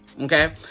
Okay